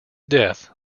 death